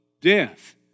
death